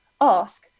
ask